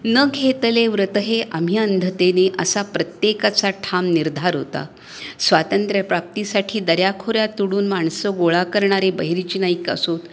न घेतले व्रत हे आम्ही अंधतेने असा प्रत्येकाचा ठाम निर्धार होता स्वातंत्र्यप्राप्तीसाठी दऱ्याखोऱ्या तुडून माणसं गोळा करणारे बहिर्जी नाईक असोत